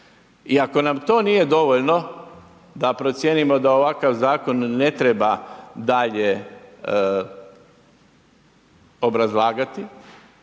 I ako nam to nije dovoljno da procijenimo da ovakav zakon ne treba dalje obrazlagati,